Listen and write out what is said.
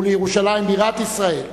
ולירושלים בירת ישראל.